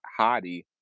Hottie